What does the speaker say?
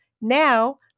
Now